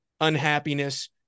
unhappiness